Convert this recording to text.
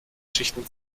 schichten